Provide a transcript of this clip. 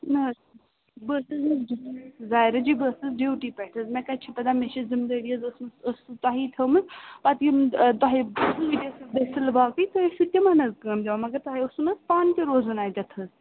نہَ حَظ بہٕ ٲسٕس ظایراجی بہٕ ٲسٕس ڈیوٹی پٮ۪ٹھ حظ مےٚ کَتہِ چھِ پَتاہ مےٚ چھِ ذِمہٕ دٲری حَظ ٲسمٕژ ٲس تُہی تھٲومٕژ پَتہٕ یِم تۄہہِ دٔسِلۍ باقٕے تُہۍ ٲسوٕ تِمَن حَظ کٲم دِوان مگر تۄہہِ اوسوٕ نہَ حَظ پانہٕ تہِ روزُن اَتٮ۪تھ حَظ